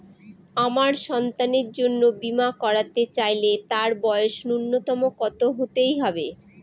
আমার সন্তানের জন্য বীমা করাতে চাইলে তার বয়স ন্যুনতম কত হতেই হবে?